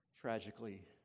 tragically